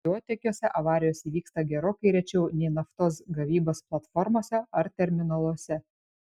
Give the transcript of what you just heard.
dujotiekiuose avarijos įvyksta gerokai rečiau nei naftos gavybos platformose ar terminaluose